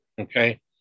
Okay